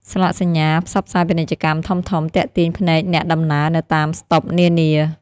ស្លាកសញ្ញាផ្សព្វផ្សាយពាណិជ្ជកម្មធំៗទាក់ទាញភ្នែកអ្នកដំណើរនៅតាមស្តុបនានា។